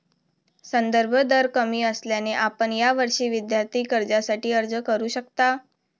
संदर्भ दर कमी असल्याने आपण यावर्षी विद्यार्थी कर्जासाठी अर्ज करू शकता